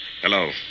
Hello